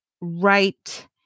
right